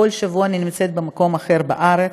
כל שבוע אני נמצאת במקום אחר בארץ,